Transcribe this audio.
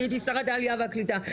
אני הייתי שרת העלייה והקליטה.